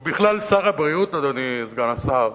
ובכלל, סל הבריאות, אדוני סגן השר,